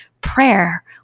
prayer